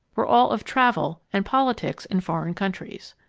were all of travel and politics in foreign countries.